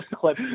clip